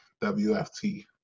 WFT